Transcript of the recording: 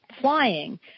flying